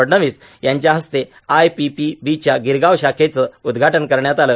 फडणवीस यांच्या हस्ते आयपीपीबीच्या गिरगांव शाखेचे उद्घाटन करण्यात आले